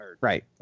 right